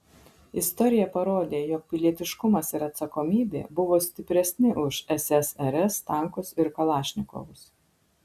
istorija parodė jog pilietiškumas ir atsakomybė buvo stipresni už ssrs tankus ir kalašnikovus